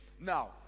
Now